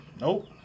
Nope